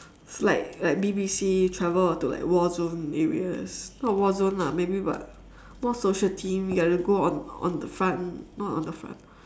it's like like B_B_C travel or to like war zone areas not war zone lah maybe but more social themed you get to go on on the front not on the front